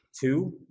two